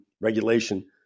regulation